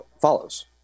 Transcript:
follows